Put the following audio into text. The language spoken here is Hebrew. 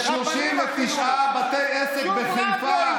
כש-39 בתי עסק בחיפה,